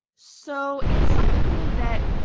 so it's something that